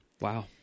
Wow